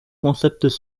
concepts